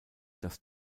das